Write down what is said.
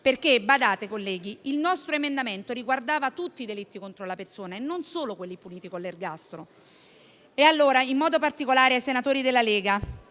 Badate colleghi, il nostro emendamento riguardava tutti i delitti contro la persona, non solo quelli puniti con l'ergastolo. Mi rivolgo in modo particolare ai senatori della Lega: